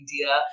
India